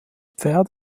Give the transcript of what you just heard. pferd